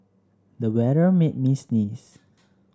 the weather made me sneeze